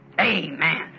Amen